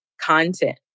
content